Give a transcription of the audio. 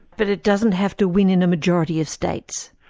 but it doesn't have to win in a majority of states?